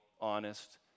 honest